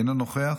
אינו נוכח,